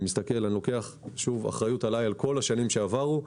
אני לוקח אחריות על כל השנים שעברו,